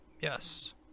yes